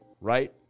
right